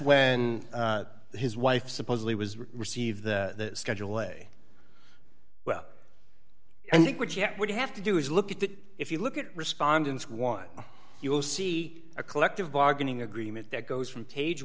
when his wife supposedly was received the schedule way well i think what you would have to do is look at that if you look at respondents one you'll see a collective bargaining agreement that goes from page